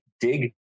dig